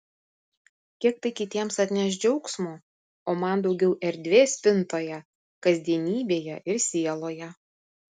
kiek tai kitiems atneš džiaugsmo o man daugiau erdvės spintoje kasdienybėje ir sieloje